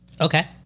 Okay